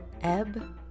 Ebb